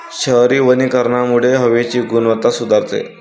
शहरी वनीकरणामुळे हवेची गुणवत्ता सुधारते